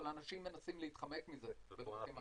אבל אנשים מנסים להתחמק מזה בדרכים אחרות.